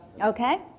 okay